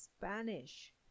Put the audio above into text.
Spanish